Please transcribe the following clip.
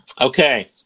Okay